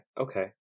okay